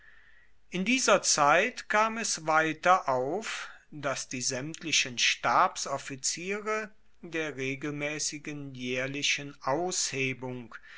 in dieser zeit kam es weiter auf dass die saemtlichen stabsoffiziere der regelmaessigen jaehrlichen aushebung